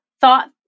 thought